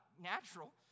natural